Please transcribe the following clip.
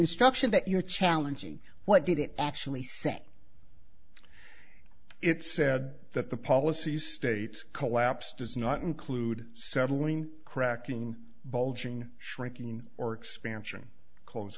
instruction that you're challenging what did it actually say it's said that the policy states collapse does not include settling cracking bulging shrinking or expansion c